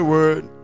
Word